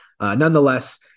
Nonetheless